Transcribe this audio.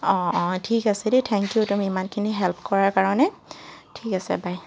অঁ অঁ ঠিক আছে দেই ঠেংক ইউ তুমি ইমানখিনি হেল্প কৰাৰ কাৰণে ঠিক আছে বাই